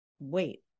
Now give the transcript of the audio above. wait